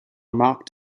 marked